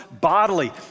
bodily